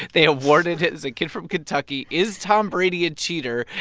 they awarded it is a kid from kentucky. is tom brady a cheater?